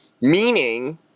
meaning –